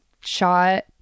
shot